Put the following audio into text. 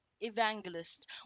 evangelist